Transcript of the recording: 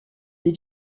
des